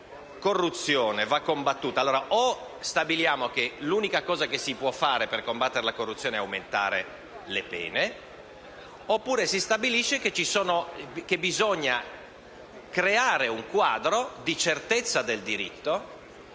la corruzione va combattuta: